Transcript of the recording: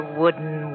wooden